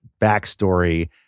backstory